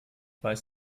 weiß